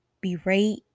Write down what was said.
berate